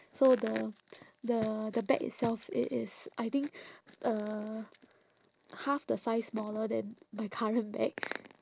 so the the the bag itself its is I think uh half the size smaller than my current bag